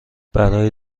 برای